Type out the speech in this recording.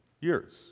years